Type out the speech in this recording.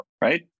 right